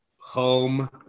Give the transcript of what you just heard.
home